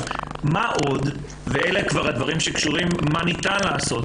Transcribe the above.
מה עוד ואלה כבר הדברים שקשורים למה ניתן לעשות